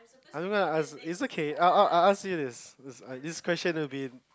is okay I'll I'll I'll ask you this this question will be